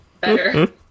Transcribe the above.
better